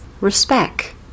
Respect